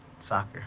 Soccer